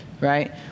right